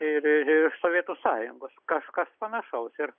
ir ir ir sovietų sąjungos kažkas panašaus ir